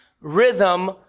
rhythm